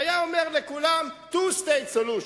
היה אומר לכולם: two state solution,